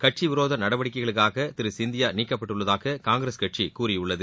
கட்சி விரோத நடவடிக்கைகளுக்காக திரு சிந்தியா நீக்கப்பட்டுள்ளதாக காங்கிரஸ் கட்சி கூறியுள்ளது